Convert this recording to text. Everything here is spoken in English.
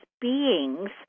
beings